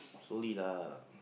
slowly lah